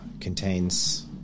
contains